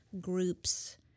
groups